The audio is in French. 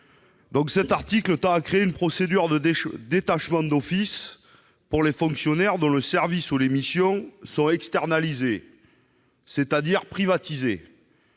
! L'article 28 crée une procédure de détachement d'office pour les fonctionnaires dont le service ou les missions sont externalisés, c'est-à-dire privatisés.